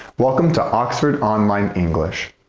welcome to oxford online english!